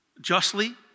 justly